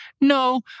no